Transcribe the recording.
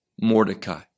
Mordecai